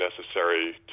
necessary